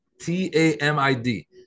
T-A-M-I-D